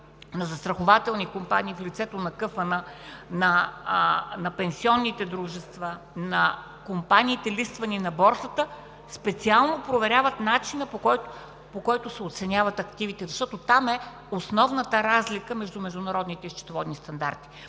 на застрахователни компании – в лицето на КФН, на пенсионните дружества, на компаниите, листвани на борсата, специално проверяват начина, по който се оценяват активите, защото там е основната разлика между международните счетоводни стандарти.